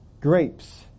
grapes